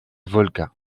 volga